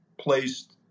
placed